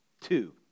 two